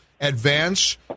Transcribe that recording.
advance